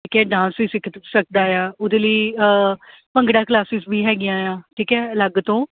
ਠੀਕ ਹੈ ਡਾਂਸ ਵੀ ਸਿੱਖ ਸਕਦਾ ਆ ਉਹਦੇ ਲਈ ਭੰਗੜਾ ਕਲਾਸਿਸ ਵੀ ਹੈਗੀਆਂ ਆ ਠੀਕ ਹੈ ਅਲੱਗ ਤੋਂ